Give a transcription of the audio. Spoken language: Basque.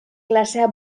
klasea